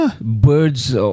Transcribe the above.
birds